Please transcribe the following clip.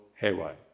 haywire